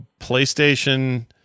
PlayStation